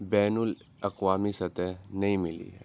بین الاقوامی سطح نہیں ملی